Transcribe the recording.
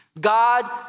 God